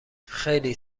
خیلی